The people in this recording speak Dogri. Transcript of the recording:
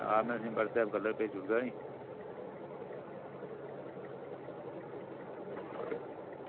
हां में तुसेंगी व्हाट्सऐप उप्पर भेजी ओड़गा निं